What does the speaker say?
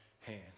hands